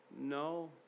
no